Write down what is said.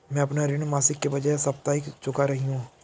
मैं अपना ऋण मासिक के बजाय साप्ताहिक चुका रही हूँ